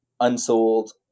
unsold